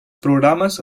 programes